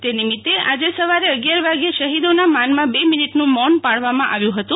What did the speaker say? તે નિમિત્તે આજે સવારે અગિયાર વાગે શહીદોના માનમાં બે મીનીટનું મૌન પાળવામાં આવ્યું હતું